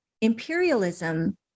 imperialism